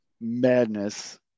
madness